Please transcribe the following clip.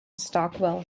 stockwell